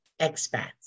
expats